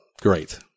great